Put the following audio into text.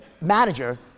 manager